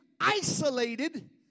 isolated